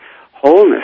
wholeness